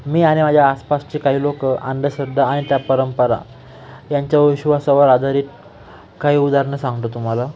मी आणि माझ्या आसपासचे काही लोक अंधश्रद्धा आणि त्या परंपरा यांच्या विश्वासावर आधारित काही उदाहरणं सांगतो तुम्हाला